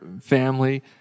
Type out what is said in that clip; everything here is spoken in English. family